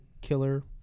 killer